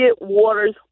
Waters